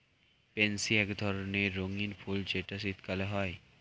pansy এক ধরণের রঙ্গীন ফুল যেটা শীতকালে হয়